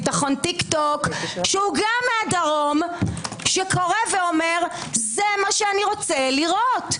ביטחון טיק טוק שהוא גם מהדרום שאומר: זה מה שאני רוצה לראות.